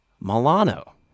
Milano